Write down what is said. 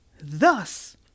Thus